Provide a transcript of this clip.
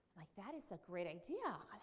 like that is a great idea.